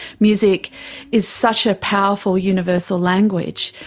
music is such a powerful universal language,